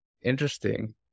Interesting